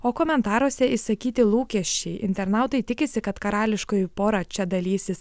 o komentaruose išsakyti lūkesčiai internautai tikisi kad karališkoji pora čia dalysis